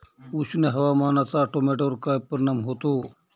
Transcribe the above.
उष्ण हवामानाचा टोमॅटोवर काय परिणाम होतो?